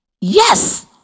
Yes